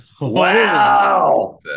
Wow